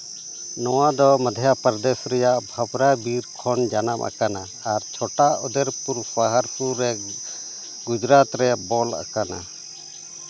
ᱱᱚᱣᱟᱫᱚ ᱢᱚᱫᱽᱫᱷᱚᱯᱨᱚᱫᱮᱹᱥ ᱨᱮᱭᱟᱜ ᱯᱷᱟᱯᱨᱟ ᱵᱤᱨ ᱠᱷᱚᱱ ᱡᱟᱱᱟᱢ ᱟᱠᱟᱱᱟ ᱟᱨ ᱯᱟᱦᱟᱲᱯᱩᱨ ᱨᱮ ᱜᱩᱡᱽᱨᱟᱛ ᱨᱮ ᱵᱚᱞ ᱟᱠᱟᱱᱟ